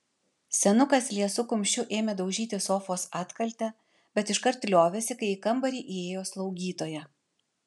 senukas liesu kumščiu ėmė daužyti sofos atkaltę bet iškart liovėsi kai į kambarį įėjo slaugytoja